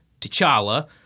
T'Challa